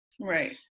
Right